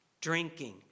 drinking